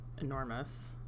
enormous